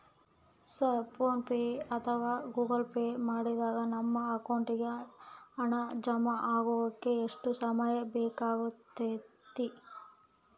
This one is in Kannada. ಸರ್ ಫೋನ್ ಪೆ ಅಥವಾ ಗೂಗಲ್ ಪೆ ಮಾಡಿದಾಗ ನಮ್ಮ ಅಕೌಂಟಿಗೆ ಹಣ ಜಮಾ ಆಗಲಿಕ್ಕೆ ಎಷ್ಟು ಸಮಯ ಬೇಕಾಗತೈತಿ?